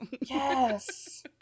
yes